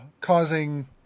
causing